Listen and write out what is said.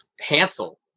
Hansel